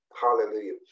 Hallelujah